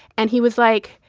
and he was like.